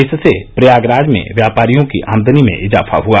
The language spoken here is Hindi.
इससे प्रयागराज में व्यापारियों की आमदनी में इजाफा हुआ